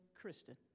Kristen